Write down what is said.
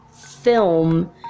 film